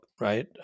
right